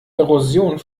erosion